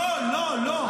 לא, לא.